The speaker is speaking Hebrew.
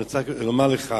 אני רוצה לומר לך